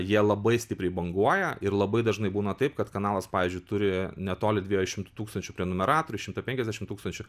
jie labai stipriai banguoja ir labai dažnai būna taip kad kanalas pavyzdžiui turi netoli dviejų šimtų tūkstančių prenumeratorių šimtą penkiasdešim tūkstančių